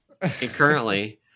currently